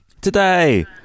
today